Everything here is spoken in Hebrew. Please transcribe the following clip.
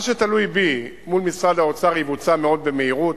מה שתלוי בי מול משרד האוצר, יבוצע מאוד במהירות.